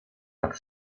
tak